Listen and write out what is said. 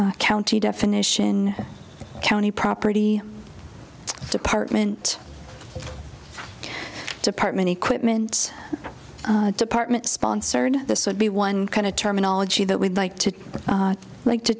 county definition county property department department equipment department sponsored this would be one kind of terminology that we'd like to like to